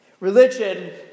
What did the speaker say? Religion